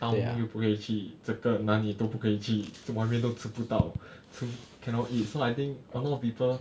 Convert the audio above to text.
town 又不可以去这个哪里都不可以去在外面都吃不到 吃 cannot eat so I think a lot of people